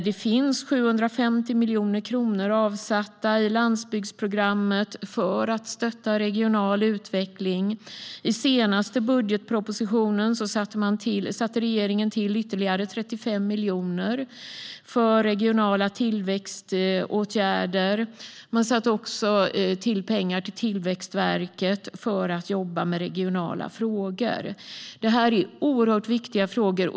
Det finns 750 miljoner kronor avsatta i landsbygdsprogrammet för att stötta regional utveckling, och i den senaste budgetpropositionen avsatte regeringen ytterligare 35 miljoner för regionala tillväxtåtgärder. Man avsatte också pengar till Tillväxtverket för deras jobb med regionala frågor. Det här är oerhört viktiga frågor.